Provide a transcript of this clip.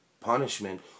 punishment